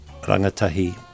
Rangatahi